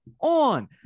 on